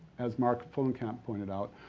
as mark fullenkamp pointed out,